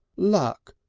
luck!